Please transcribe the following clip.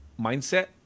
mindset